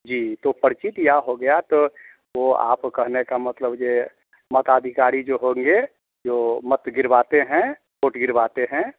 जी तो पर्ची दिया हो गया तो वो आप कहने का मतलब ये मताधिकारी जो होंगे जो मत गिरवाते हैं वोट गिरवाते हैं